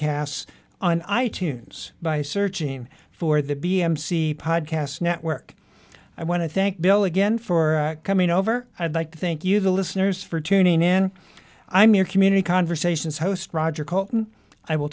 podcast on i tunes by searching for the b a m c podcast network i want to thank bill again for coming over i'd like to thank you the listeners for tuning in i'm your community conversations host roger